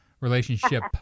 relationship